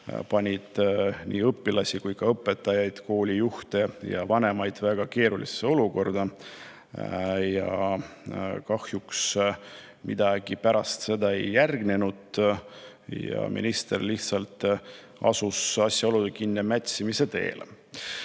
panid nii õpilased kui ka õpetajad, koolijuhid ja vanemad väga keerulisse olukorda. Ja kahjuks midagi pärast seda ei järgnenud, minister lihtsalt asus asjaolude kinnimätsimise teele.